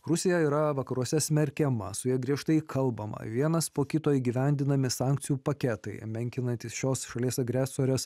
rusija yra vakaruose smerkiama su ja griežtai kalbama vienas po kito įgyvendinami sankcijų paketai menkinantys šios šalies agresorės